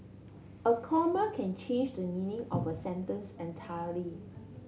a comma can change the meaning of a sentence entirely